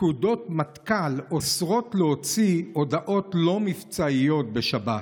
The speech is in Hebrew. פקודות מטכ"ל אוסרות להוציא הודעות לא מבצעיות בשבת.